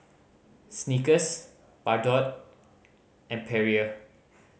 Snickers Bardot and Perrier